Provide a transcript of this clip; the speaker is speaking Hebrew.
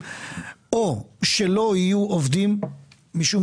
או שלא יהיו עובדים עבור ההורים שלנו ועבורנו כשנצטרך משום